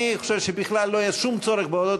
אני חושב שבכלל לא יהיה שום צורך בהודעות